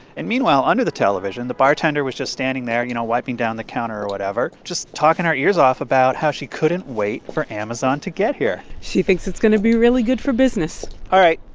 and meanwhile, under the television, the bartender was just standing there, you know, wiping down the counter or whatever, just talking our ears off about how she couldn't wait for amazon to get here she thinks it's going to be really good for business all right,